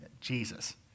Jesus